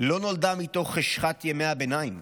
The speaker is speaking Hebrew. לא נולדה מתוך חשכת ימי הביניים,